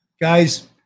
Guys